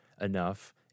enough